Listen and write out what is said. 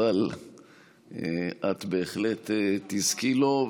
אבל את בהחלט תזכי לו.